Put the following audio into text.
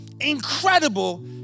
incredible